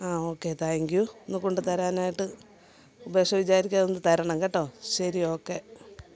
ആ okay thank you ഒന്നു കൊണ്ടു തരാനായിട്ട് ഉപേക്ഷ വിചാരിക്കാതെ ഒന്നു തരണം കേട്ടോ ശരി ഓക്കെ